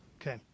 Okay